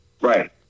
Right